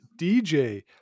DJ